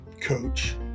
Coach